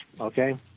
okay